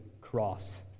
cross